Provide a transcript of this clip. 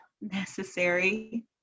necessary